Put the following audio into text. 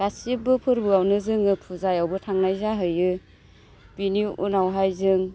गासिबो फोर्बोआवनो जों फुजायावबो थांनाय जाहैयो बेनि उनावहाय जों